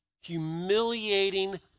humiliating